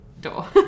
door